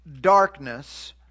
darkness